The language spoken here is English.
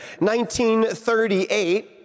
1938